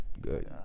Good